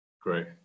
Great